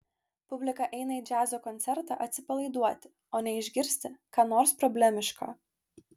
publika eina į džiazo koncertą atsipalaiduoti o ne išgirsti ką nors problemiška